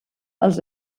els